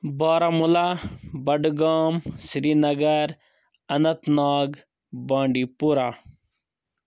Baramulla Budgam Srinagar Anantnag بانٛڈی پورہ